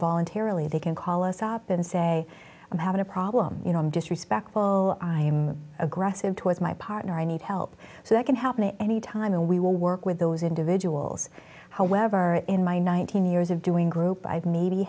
voluntarily they can call us up and say i'm having a problem you know i'm disrespectful i'm aggressive towards my partner i need help so that can happen at any time and we will work with those individuals however in my nineteen years of doing group i've maybe